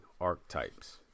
archetypes